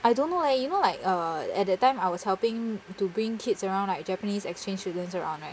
I don't know leh you know like uh at that time I was helping to bring kids around like japanese exchange students around right